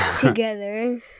together